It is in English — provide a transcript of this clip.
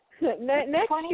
Next